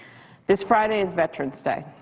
this friday is veterans day.